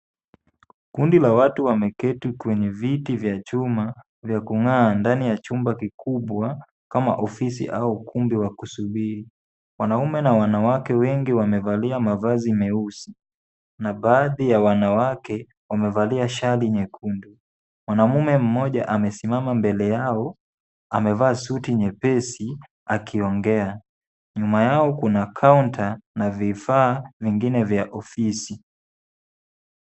Kundi la watu wameketi kwenye viti vya chuma vya kung'aa ndani ya chumba kikubwa kama ofisi au ukumbi wa kusubiri. Wanaume na wanawake wengi wamevalia mavazi meusi na baadhi ya wanawake wamevalia shali nyekundu. Mwanamume mmoja amesimama mbele yao amevaa suti nyepesi akiongea. Nyuma yao kuna kaunta na vifaa vingine vya ofisi.